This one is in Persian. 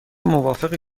موافقی